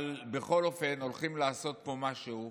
אבל בכל אופן, הולכים לעשות פה משהו.